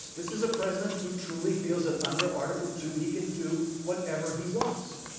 this is a president to truly feels that under article two he can do whatever he wants.